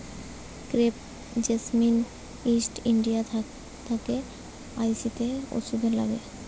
crepe jasmine east India থাকে আসতিছে ওষুধে লাগে